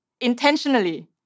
intentionally